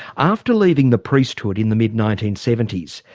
after leaving the priesthood in the mid nineteen seventy s,